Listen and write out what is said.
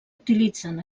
utilitzen